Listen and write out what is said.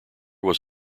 was